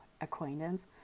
acquaintance